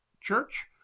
church